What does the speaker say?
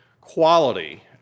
quality